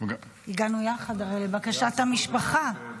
הגענו יחד לבקשת המשפחה.